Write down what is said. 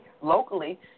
locally